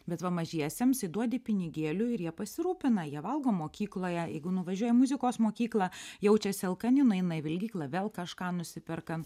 bet va mažiesiems įduodi pinigėlių ir jie pasirūpina jie valgo mokykloje jeigu nuvažiuoja į muzikos mokyklą jaučiasi alkani nueina į valgyklą vėl kažką nusiperka